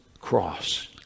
cross